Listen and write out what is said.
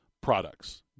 products